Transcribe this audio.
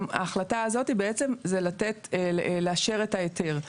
ההחלטה הזאת בעצם לאשר את ההיתר.